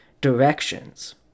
directions